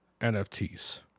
NFTs